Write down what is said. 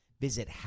Visit